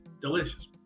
delicious